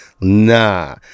nah